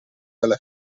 delle